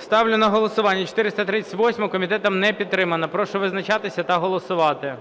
Ставлю на голосування 438-у. Комітетом не підтримана. Прошу визначатися та голосувати.